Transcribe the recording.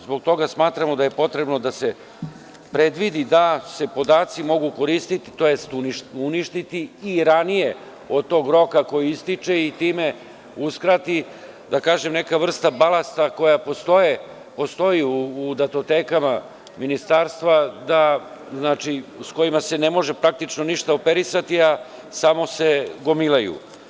Zbog toga smatramo da je potrebno da se predvidi da se podaci mogu koristiti, tj. uništiti i ranije od tog roka koji ističe i time uskrati, da kažem neka vrsta balasta koja postoji u datotekama Ministarstva, sa kojima se ne može praktično ništa operisati, a samo se gomilaju.